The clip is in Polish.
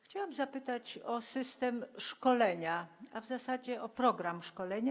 Chciałam zapytać o system szkolenia, a w zasadzie program szkolenia.